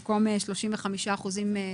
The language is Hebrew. במקום "35 אחוזים".